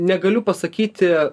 negaliu pasakyti